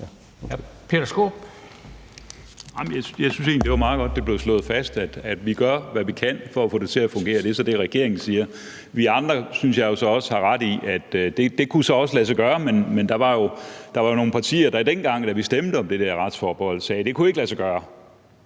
Jeg synes egentlig, at det er meget godt, at det blev slået fast, at vi gør, hvad vi kan, for at få det til at fungere – det er så det, regeringen siger. Vi andre, synes jeg jo så også, har ret i, at det så også kunne lade sig gøre; men der var jo nogle partier, der dengang, da vi stemte om det der retsforbehold, sagde, at det ikke kunne lade sig gøre.